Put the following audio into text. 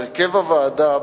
הרכב הוועדה,